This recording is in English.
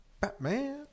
Batman